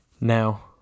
Now